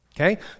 okay